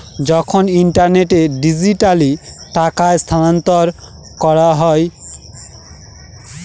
যখন ইন্টারনেটে ডিজিটালি টাকা স্থানান্তর করা হয়